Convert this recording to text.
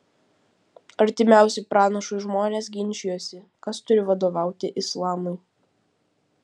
artimiausi pranašui žmonės ginčijosi kas turi vadovauti islamui